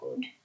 good